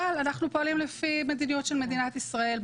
אבל אנחנו פועלים לפי המדיניות של מדינת ישראל.